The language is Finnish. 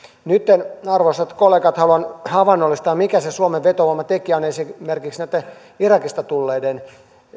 nyt arvoisat kollegat haluan havainnollistaa mikä se suomen vetovoimatekijä on esimerkiksi näitten irakista tulleiden